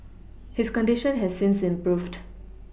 his condition has since improved